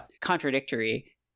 contradictory